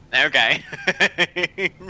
Okay